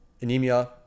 anemia